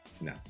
No